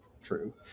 true